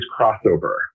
crossover